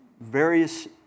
various